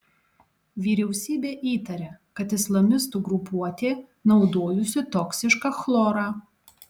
vyriausybė įtaria kad islamistų grupuotė naudojusi toksišką chlorą